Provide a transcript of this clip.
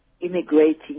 immigrating